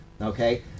Okay